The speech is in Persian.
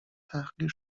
تحقیر